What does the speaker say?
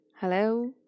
Hello